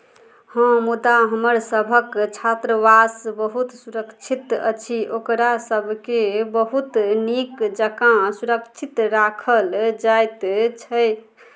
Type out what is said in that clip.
हँ मुदा हमर सभक छात्रावास बहुत सुरक्षित अछि ओकरा सभकेँ बहुत नीक जकाँ सुरक्षित राखल जाइत छैक